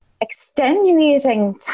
extenuating